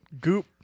goop